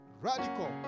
radical